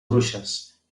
bruixes